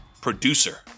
producer